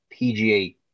PGA